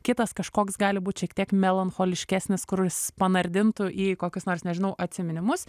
kitas kažkoks gali būt šiek tiek melancholiškesnis kuris panardintų į kokius nors nežinau atsiminimus